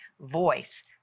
voice